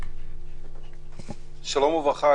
שלום וברכה,